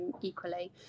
equally